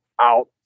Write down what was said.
out